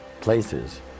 places